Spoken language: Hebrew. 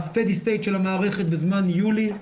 ב- steady stateשל המערכת בזמן יולי,